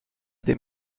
des